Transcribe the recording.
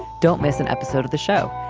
don't miss an episode of the show.